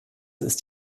ist